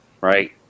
Right